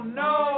no